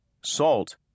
Salt